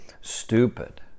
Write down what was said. stupid